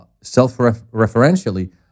self-referentially